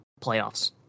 playoffs